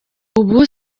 ubu